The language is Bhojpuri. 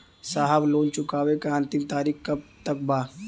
साहब लोन चुकावे क अंतिम तारीख कब तक बा?